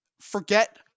forget